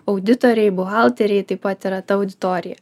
auditoriai buhalteriai taip pat yra ta auditorija